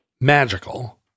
magical